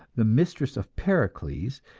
the mistress of pericles,